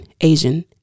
Asian